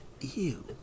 Ew